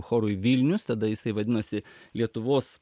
chorui vilnius tada jisai vadinosi lietuvos